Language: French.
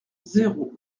zéro